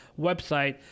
website